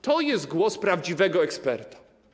To jest głos prawdziwego eksperta.